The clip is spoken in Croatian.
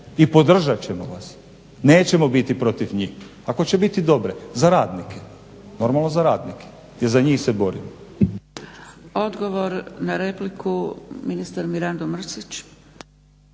i podržat ćemo vas, nećemo biti protiv njih. Ako će biti dobre za radnike, normalno za radnike jer za njih se borimo.